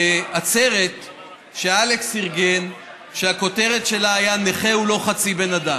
בעצרת שאלכס ארגן שהכותרת שלה הייתה "נכה הוא לא חצי בן אדם".